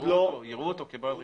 יראו אותו כבעל רישיון.